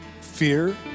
Fear